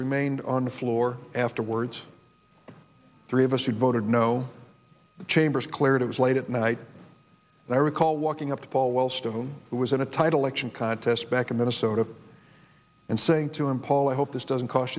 remained on the floor afterwords the three of us had voted no chambers cleared it was late at night and i recall walking up to paul wellstone who was in a tight election contest back in minnesota and saying to him paul i hope this doesn't cost